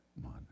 one